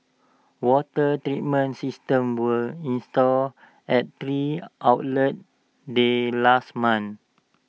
water treatments systems were installed at three outlets there last month